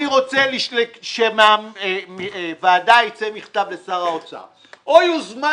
אני רוצה שמהוועדה יצא מכתב לשר האוצר או שיוזמן